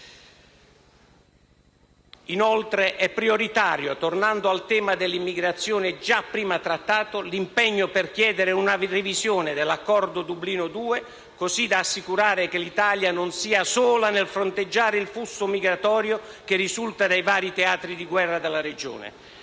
Inoltre, è prioritario, tornando al tema dell'immigrazione, già prima trattato, l'impegno per chiedere una revisione dell'accordo Dublino II, così da assicurare che l'Italia non sia sola nel fronteggiare il flusso migratorio che risulta dai vari teatri di guerra della regione.